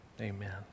Amen